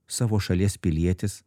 savo šalies pilietis